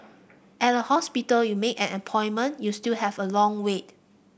at a hospital you make an appointment you still have a long wait